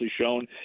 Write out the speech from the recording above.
shown